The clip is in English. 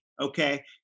okay